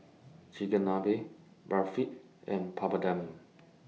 Chigenabe Barfi and Papadum